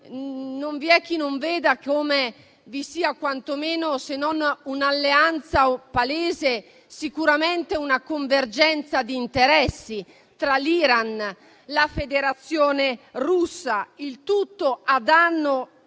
non vi è chi non veda come vi sia quantomeno se non un'alleanza palese, sicuramente una convergenza di interessi tra l'Iran e la Federazione russa, il tutto con